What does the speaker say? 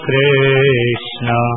Krishna